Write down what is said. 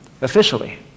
officially